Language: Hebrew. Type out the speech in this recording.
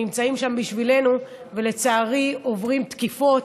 שנמצאים שם בשבילנו ולצערי עוברים תקיפות,